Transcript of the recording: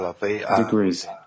degrees